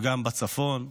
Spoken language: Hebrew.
וגם בצפון,